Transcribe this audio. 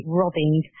robbing